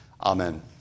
Amen